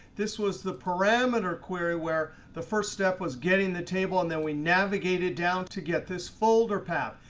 this was the parameter query where the first step was getting the table, and then we navigated down to get this folder path.